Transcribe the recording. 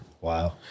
Wow